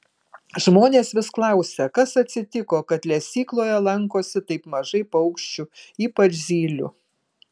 žmonės vis klausia kas atsitiko kad lesykloje lankosi taip mažai paukščių ypač zylių